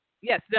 Yes